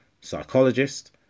psychologist